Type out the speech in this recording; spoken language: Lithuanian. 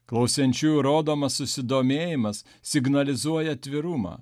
klausiančiųjų rodomas susidomėjimas signalizuoja atvirumą